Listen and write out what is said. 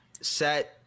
set